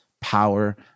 power